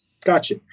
gotcha